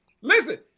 Listen